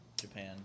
Japan